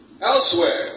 Elsewhere